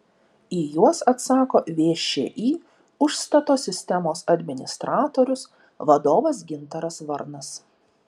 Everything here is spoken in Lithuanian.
į juos atsako všį užstato sistemos administratorius vadovas gintaras varnas